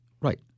Right